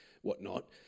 whatnot